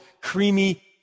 creamy